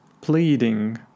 pleading